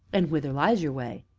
and whither lies your way?